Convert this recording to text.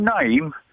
name